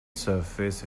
surface